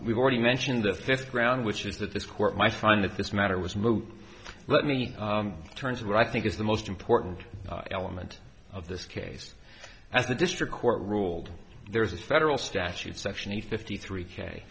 we've already mentioned the fifth ground which is that this court might find that this matter was moot let me turn to where i think is the most important element of this case as the district court ruled there is a federal statute section eight fifty three k